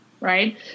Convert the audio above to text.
Right